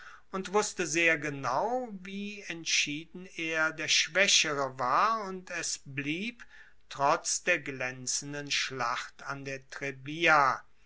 und wusste sehr genau wie entschieden er der schwaechere war und es blieb trotz der glaenzenden schlacht an der trebia